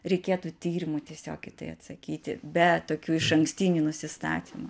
reikėtų tyrimu tiesiog į tai atsakyti be tokių išankstinių nusistatymų